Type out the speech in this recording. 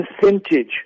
percentage